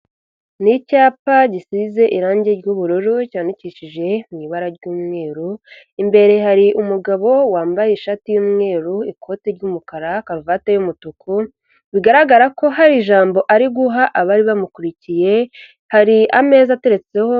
Ni icyapa gisize irange ry'ubururu, cyandikishije mu ibara ry'umweru, imbere hari umugabo wambaye ishati y'umweru, ikote ry'umukara, karuvati y'umutuku, bigaragara ko hari ijambo ari guha abari bamukurikiye, hari ameza ateretseho...